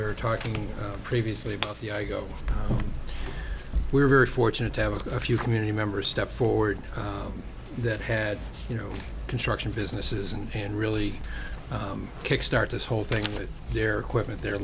we were talking previously about the i go we were very fortunate to have a few community members step forward that had you know construction businesses and and really kick start this whole thing with their equipment their